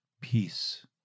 Peace